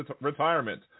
retirement